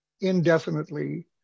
indefinitely